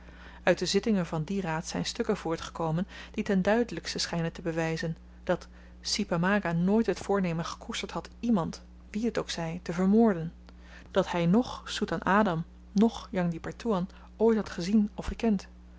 uit de zittingen van dien raad zyn stukken voortgekomen die ten duidelykste schynen te bewyzen dat si pamaga nooit het voornemen gekoesterd had iemand wien het ook zy te vermoorden dat hy noch soelan adam noch jang di pertoean ooit had gezien of gekend